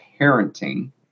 parenting